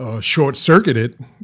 Short-circuited